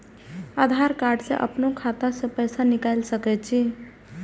आधार कार्ड से अपनो खाता से पैसा निकाल सके छी?